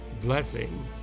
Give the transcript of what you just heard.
blessing